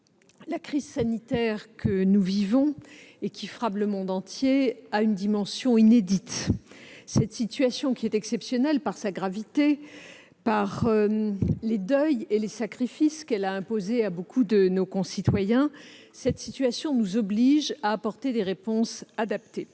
la crise sanitaire que nous vivons et qui frappe le monde entier a une dimension inédite. Cette situation, qui est exceptionnelle par sa gravité, par les deuils et les sacrifices qu'elle a imposés à beaucoup de nos concitoyens, nous oblige à apporter des réponses adaptées.